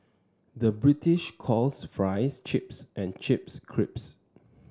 the British calls fries chips and chips crisps